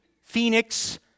Phoenix